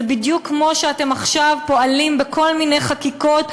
זה בדיוק כמו שאתם עכשיו פועלים בכל מיני חקיקות,